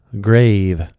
grave